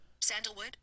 sandalwood